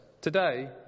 Today